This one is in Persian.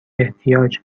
احتیاج